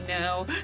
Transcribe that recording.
no